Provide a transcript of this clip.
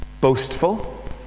boastful